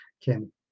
kim